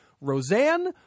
Roseanne